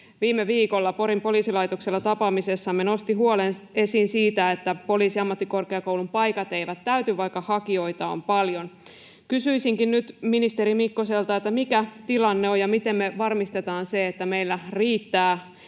viime viikolla Porin poliisilaitoksella tapaamisessamme nosti esiin huolen siitä, että Poliisiammattikorkeakoulun paikat eivät täyty, vaikka hakijoita on paljon. Kysyisinkin nyt ministeri Mikkoselta: mikä tilanne on, ja miten me varmistetaan se, että meillä riittää